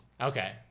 Okay